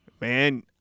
man